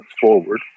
forward